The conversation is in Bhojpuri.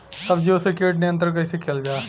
सब्जियों से कीट नियंत्रण कइसे कियल जा?